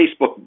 Facebook